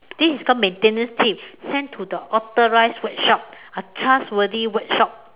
this is called maintenance tip send to the authorized workshop a trustworthy workshop